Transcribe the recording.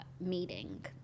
meeting